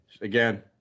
Again